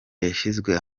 yashyizwe